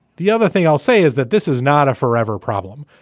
the other thing i'll say is that this is not a forever problem.